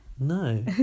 no